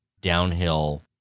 downhill